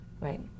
right